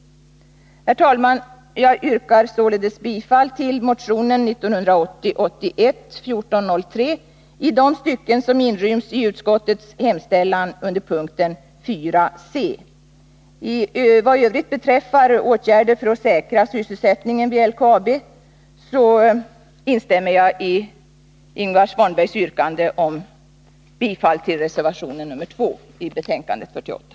Herr talman! Jag yrkar således bifall till motionen 1980/81:1403 i de stycken som inryms i utskottets hemställan under punkt 4 c) i näringsutskottets betänkande 48. Vad i övrigt beträffar åtgärder för att säkra sysselsättningen vid LKAB instämmer jag i Ingvar Svanbergs yrkande om bifall till reservationen 2, som är fogad till näringsutskottets betänkande 48.